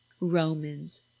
Romans